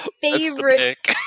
favorite